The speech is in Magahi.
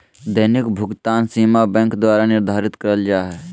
दैनिक भुकतान सीमा बैंक द्वारा निर्धारित करल जा हइ